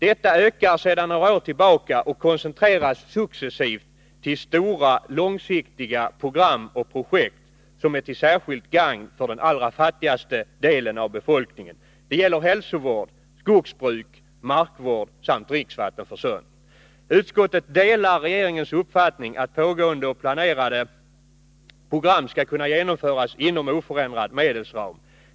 Detta ökar sedan några år tillbaka och koncentreras successivt till stora, långsiktiga program och projekt som är till särskilt gagn för den allra fattigaste delen av befolkningen. Det gäller hälsovård, skogsbruk, markvård samt dricksvattenförsörjningen. Utskottet delar regeringens uppfattning att pågående och planerade program skall kunna genomföras inom oförändrad medelsram.